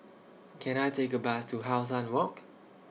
Can I Take A Bus to How Sun Walk